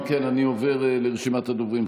אם כן, אני עובר לרשימת הדוברים.